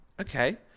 Okay